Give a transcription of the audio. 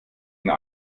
eine